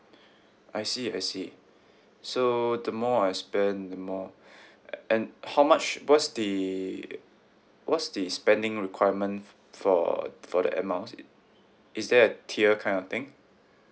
I see I see so the more I spend the more uh and how much what's the what's the spending requirement f~ for for the air miles it is there a tier kind of thing